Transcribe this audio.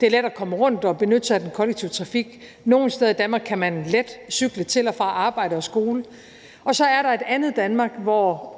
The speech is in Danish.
det er let at komme rundt og benytte sig af den kollektive trafik. Nogle steder i Danmark kan man let cykle til og fra arbejde og skole. Og så er der et andet Danmark, hvor